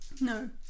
no